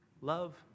love